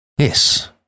Yes